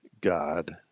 God